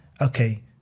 okay